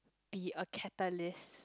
be a catalyst